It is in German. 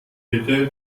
bitte